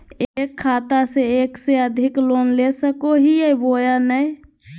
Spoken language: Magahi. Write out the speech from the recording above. एक खाता से एक से अधिक लोन ले सको हियय बोया नय?